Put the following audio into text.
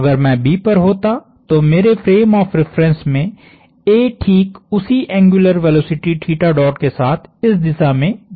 अगर मैं B पर होता तो मेरे फ्रेम ऑफ़ रिफरेन्स में A ठीक उसी एंग्युलर वेलोसिटी के साथ इस दिशा में जा रहा होता